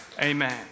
Amen